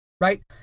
right